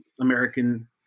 American